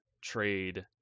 trade